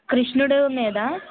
కృష్ణుడు మీదా